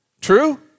True